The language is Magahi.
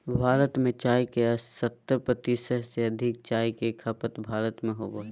भारत में चाय के सत्तर प्रतिशत से अधिक चाय के खपत भारत में होबो हइ